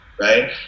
right